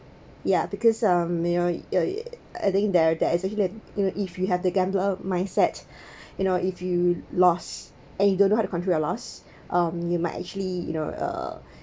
ya because um you know uh I think there there is actually a you know if you have the gambler mindset you know if you lost and you don't know how to control your loss um you might actually you know uh